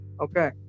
okay